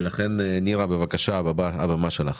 נירה, בבקשה, הבמה שלך.